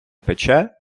пече